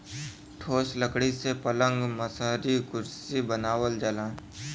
ठोस लकड़ी से पलंग मसहरी कुरसी बनावल जाला